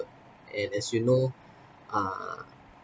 and as you know uh